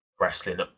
wrestling